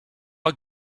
are